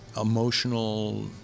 emotional